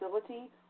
facility